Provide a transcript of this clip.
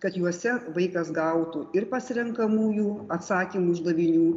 kad juose vaikas gautų ir pasirenkamųjų atsakymų uždavinių